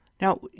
Now